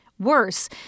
worse